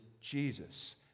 Jesus